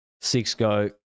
six-go